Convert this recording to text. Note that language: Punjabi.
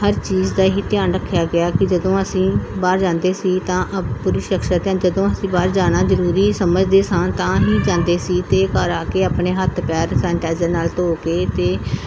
ਹਰ ਚੀਜ਼ ਦਾ ਹੀ ਧਿਆਨ ਰੱਖਿਆ ਗਿਆ ਕਿ ਜਦੋਂ ਅਸੀਂ ਬਾਹਰ ਜਾਂਦੇ ਸੀ ਤਾਂ ਜਦੋਂ ਅਸੀਂ ਬਾਹਰ ਜਾਣਾ ਜ਼ਰੂਰੀ ਸਮਝਦੇ ਸੀ ਤਾਂ ਹੀ ਜਾਂਦੇ ਸੀ ਅਤੇ ਘਰ ਆ ਕੇ ਆਪਣੇ ਹੱਥ ਪੈਰ ਸੈਨਟਾਈਜ਼ਰ ਨਾਲ ਧੋ ਕੇ ਅਤੇ